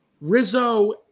Rizzo